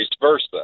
versa